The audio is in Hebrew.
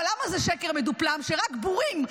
אבל למה זה שקר מדופלם שרק בורים,